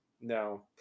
No